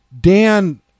Dan